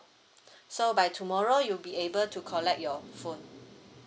so by tomorrow you'll be able to collect your phone